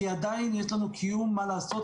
כי עדיין יש לנו קיום מה לעשות,